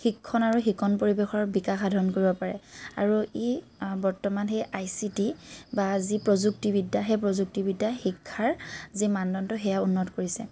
শিক্ষণ আৰু শিকন পৰিৱেশৰ বিকাশ সাধন কৰিব পাৰে আৰু ই বৰ্তমান সেই আই চি টি বা যি প্ৰযুক্তিবিদ্যা সেই প্ৰযুক্তিবিদ্যাই শিক্ষাৰ যি মানদণ্ড সেয়া উন্নত কৰিছে